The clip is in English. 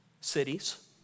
cities